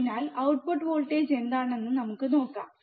അതിനാൽ output voltage എന്താണ് എന്ന് നമുക്ക് നോക്കാം